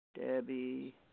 debbie